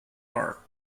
art